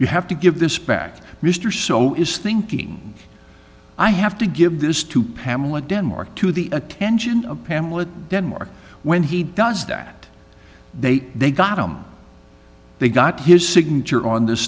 you have to give this back mr so is thinking i have to give this to pamela denmark to the attention of pamela denmark when he does that they they got him they got his signature on this